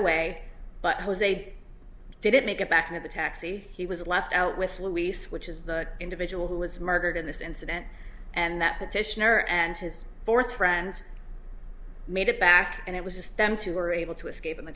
away but jose didn't make it back to the taxi he was left out with luis which is the individual who was murdered in this incident and that petitioner and his fourth friends made it back and it was just them two were able to escape in the